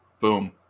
boom